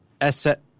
asset